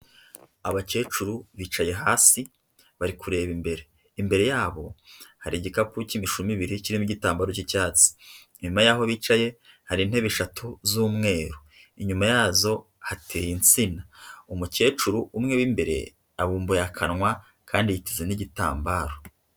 Abakecuru bicaye hasi bari kureba imbere. Imbere yabo hari igikapu cy'imishumi ibiri kirimo igitambaro cy'icyatsi. Inyuma y'aho bicaye hari intebe eshatu z'umweru. Inyuma yazo hateye insina. Umukecuru umwe w'imbere abumbuye akanwa kandi yiteze n'igitambaro.